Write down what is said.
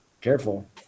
Careful